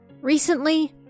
Recently